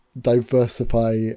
diversify